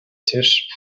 tisch